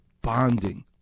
bonding